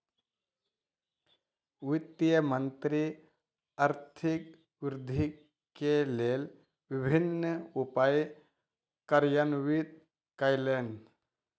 वित्त मंत्री आर्थिक वृद्धि के लेल विभिन्न उपाय कार्यान्वित कयलैन